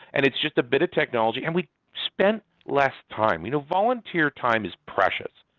and it's just a bit of technology, and we spent less time. you know volunteer time is precious.